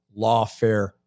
lawfare